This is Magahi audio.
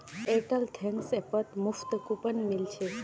एयरटेल थैंक्स ऐपत मुफ्त कूपन मिल छेक